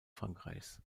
frankreichs